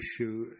issue